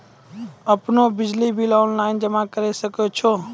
आपनौ बिजली bill online जमा करै सकै छौ?